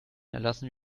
erlassen